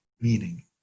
meaning